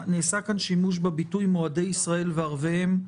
נעשה כאן שימוש בביטוי "מועדי ישראל וערביהם".